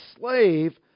slave